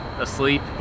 asleep